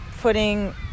putting